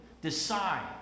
decide